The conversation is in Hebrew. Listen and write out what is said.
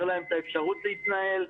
צריך לאפשר להם להתנהל,